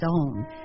own